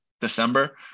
December